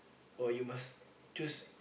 or you must choose